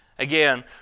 Again